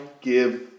give